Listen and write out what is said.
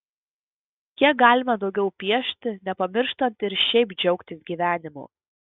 kiek galima daugiau piešti nepamirštant ir šiaip džiaugtis gyvenimu